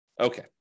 Okay